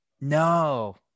no